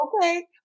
okay